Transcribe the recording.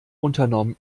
unternommen